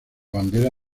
bandera